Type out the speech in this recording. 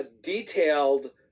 detailed